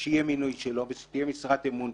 שיהיה מינוי שלו ושתהיה משרת אמון,